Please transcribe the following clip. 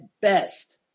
best